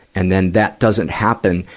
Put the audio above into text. and then that doesn't happen.